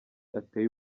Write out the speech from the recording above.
ateye